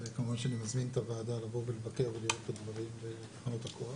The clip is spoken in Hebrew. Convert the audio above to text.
כמובן שאני מזמין את הוועדה לבוא ולבקר ולראות את הדברים בתחנות הכוח